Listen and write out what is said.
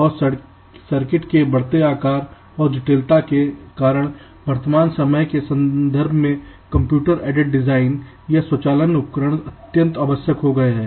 और सर्किट के बढ़ते आकार और जटिलता के कारण वर्तमान समय के संदर्भ में कंप्यूटर एडेड डिजाइन या स्वचालन उपकरण अत्यंत आवश्यक हो गए हैं